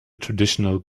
traditional